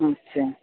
अछा